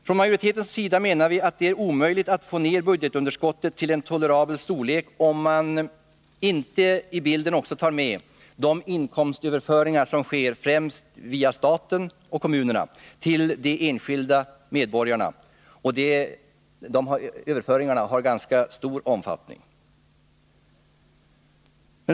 Från majoritetens sida menar vi att det är omöjligt att få ner budgetunderskottet till en tolerabel storlek, om man inte i bilden också tar med de inkomstöverföringar som sker via främst statens men även kommunernas budgetar till de enskilda medborgarna, och de överföringarna är av ganska stor omfattning.